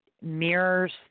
mirrors